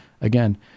Again